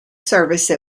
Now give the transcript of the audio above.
service